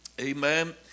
Amen